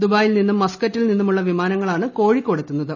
ദുബായിൽ നിന്നും മസ്ക്കറ്റിൽ പ് നിന്നുമുള്ള വിമാനങ്ങളാണ് കോഴിക്കോട് എത്തൂന്നത്